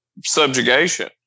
subjugation